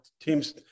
teams